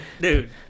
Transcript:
Dude